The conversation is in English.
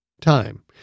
Time